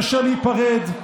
קשה להיפרד,